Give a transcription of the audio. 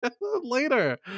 later